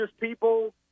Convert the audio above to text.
people